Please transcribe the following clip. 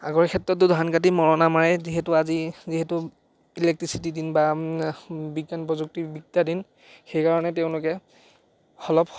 আগৰ ক্ষেত্ৰততো ধান কাটি মৰণা মাৰি যিহেতু আজি যিহেতু ইলেকট্ৰিচিটিৰ দিন বা বিজ্ঞান প্ৰযুক্তিবিদ্যাৰ দিন সেইকাৰণে তেওঁলোকে অলপ